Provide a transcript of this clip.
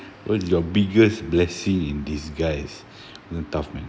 what is your biggest blessing in disguise tough man